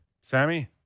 Sammy